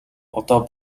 одоо